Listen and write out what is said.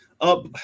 up